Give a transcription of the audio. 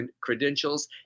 credentials